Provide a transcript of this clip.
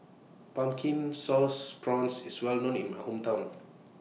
Pumpkin Sauce Prawns IS Well known in My Hometown